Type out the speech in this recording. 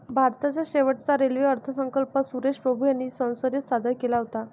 भारताचा शेवटचा रेल्वे अर्थसंकल्प सुरेश प्रभू यांनी संसदेत सादर केला होता